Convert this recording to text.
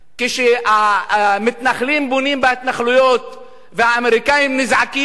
כשהמתנחלים בונים בהתנחלויות והאמריקנים נזעקים,